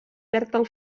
perd